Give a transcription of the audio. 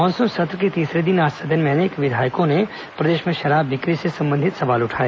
monsoon सत्र के तीसरे दिन आज सदन में अनेक विधायकों ने प्रदेश में शराब बिक्री से संबंधित सवाल उठाए